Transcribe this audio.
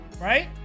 Right